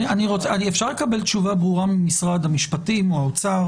אפשר לקבל תשובה ברורה ממשרד המשפטים או ממשרד האוצר?